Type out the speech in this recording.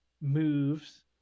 moves